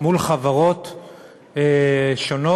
מול חברות שונות,